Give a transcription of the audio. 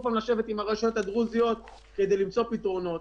לשבת עם הרשויות הדרוזיות כדי למצוא פתרונות.